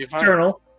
journal